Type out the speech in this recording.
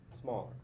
smaller